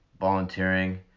volunteering